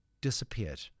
disappeared